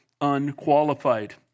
unqualified